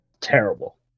Terrible